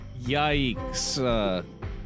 Yikes